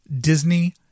Disney